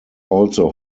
also